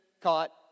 caught